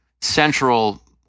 central